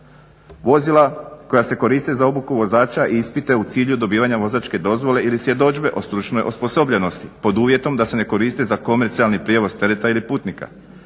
Vozila koja se koriste za obuku vozača i ispite u cilju dobivanja vozačke dozvole ili svjedodžbe o stručnoj osposobljenosti pod uvjetom da se ne koriste za komercijalni prijevoz tereta ili putnika.